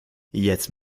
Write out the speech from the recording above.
jetzt